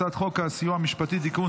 הצעת חוק הסיוע המשפטי (תיקון,